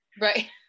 Right